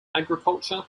agriculture